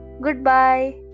Goodbye